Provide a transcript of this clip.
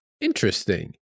Interesting